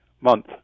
month